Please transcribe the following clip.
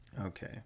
Okay